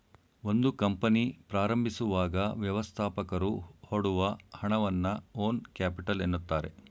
ಒಂದು ಕಂಪನಿ ಪ್ರಾರಂಭಿಸುವಾಗ ವ್ಯವಸ್ಥಾಪಕರು ಹೊಡುವ ಹಣವನ್ನ ಓನ್ ಕ್ಯಾಪಿಟಲ್ ಎನ್ನುತ್ತಾರೆ